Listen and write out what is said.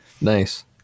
nice